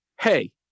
hey